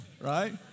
right